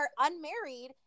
unmarried